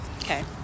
Okay